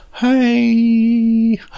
Hey